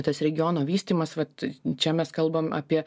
tas regiono vystymas vat e čia mes kalbam apie